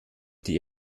die